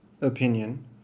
opinion